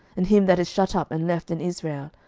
and him that is shut up and left in israel,